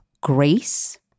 grace